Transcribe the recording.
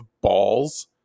balls